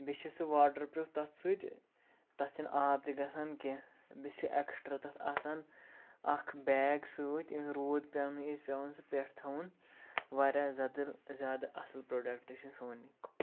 بیٚیہِ چھِ سُہ واٹَر پرٛوٗپھ تَتھ سۭتۍ تَتھ چھِنہٕ آب تہِ گژھان کینٛہہ بیٚیہِ چھِ سُہ ایٚکٕسٹرٛا تَتھ آسان اَکھ بیگ سۭتۍ ییٚمِہ روٗد پٮ۪ونٕے وِز پٮ۪وَان سُہ پٮ۪ٹھ تھاوُن واریاہ زیادٕ زیادٕ اَصٕل پرٛوڈَکٹ چھِ سونِیُک